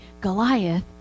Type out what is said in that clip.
Goliath